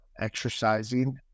exercising